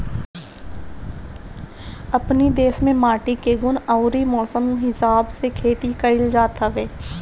अपनी देस में माटी के गुण अउरी मौसम के हिसाब से खेती कइल जात हवे